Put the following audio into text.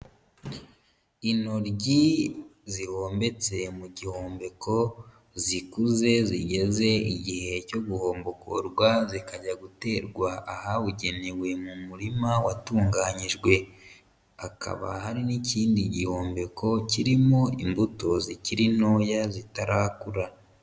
Intoryi zihombetse mu gihombeko zikuze zigeze igihe cyo guhombokorwa zikajya guterwa ahabugenewe mu murima watunganyijwe, hakaba hari n'ikindi gihombeko kirimo imbuto zikiri ntoya zitarakura.